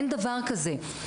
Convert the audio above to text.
אין דבר כזה.